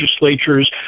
legislatures